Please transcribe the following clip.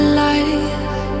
life